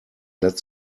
let